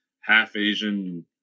half-Asian